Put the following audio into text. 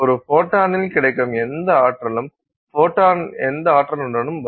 ஒரு ஃபோட்டானில் கிடைக்கும் எந்த ஆற்றலும் ஃபோட்டான் எந்த ஆற்றலுடனும் வரும்